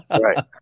Right